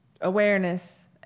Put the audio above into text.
awareness